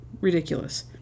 Ridiculous